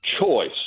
choice